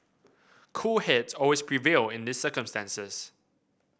cool heads always prevail in these circumstances